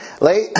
Late